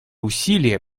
усилия